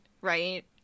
right